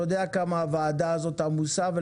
אתה יודע כמה הוועדה הזאת עמוסה.